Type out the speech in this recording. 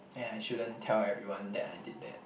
and I shouldn't tell everyone that I did that